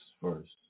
first